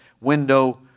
window